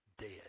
dead